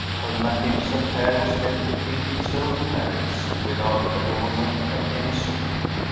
her magnificent hair was left to plead its own merits, without adornment of any sort.